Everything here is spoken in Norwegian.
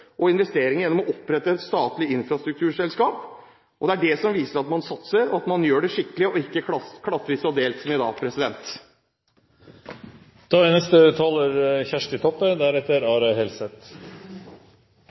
og investeringer gjennom å opprette statlige infrastrukturselskaper. Det er det som viser at man satser, og at man gjør det skikkelig og ikke klattvis og delt som i dag.